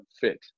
fit